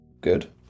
good